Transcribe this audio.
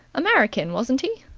american, wasn't he?